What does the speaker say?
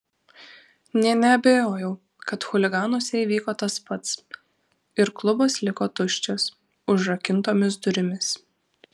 nė neabejojau kad chuliganuose įvyko tas pats ir klubas liko tuščias užrakintomis durimis